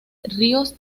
ríos